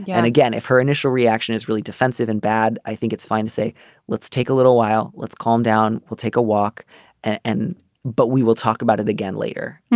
yeah and again if her initial reaction is really defensive and bad i think it's fine to say let's take a little while let's calm down we'll take a walk and but we will talk about it again later.